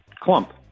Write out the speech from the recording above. Clump